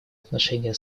отношения